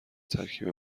ترکیب